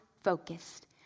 focused